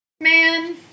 man